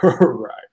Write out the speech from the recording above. Right